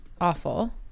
awful